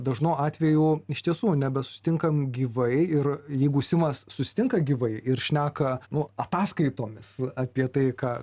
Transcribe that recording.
dažnu atveju iš tiesų nebesusitinkam gyvai ir jeigu simas susitinka gyvai ir šneką nu ataskaitomis apie tai ką